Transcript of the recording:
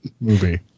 movie